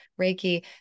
Reiki